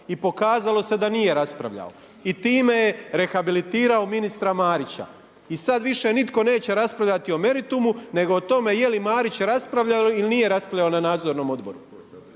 I pokazalo se da nije raspravljao. I time je rehabilitirao ministra Marića. I sad više nitko neće raspravljati o meritumu, nego o tome je li Marić raspravljao ili nije raspravljao na Nadzornom odboru.